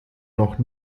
noch